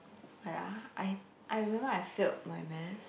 ya I I remembered I failed my Math